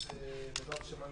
בעזרת השם,